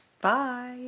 Bye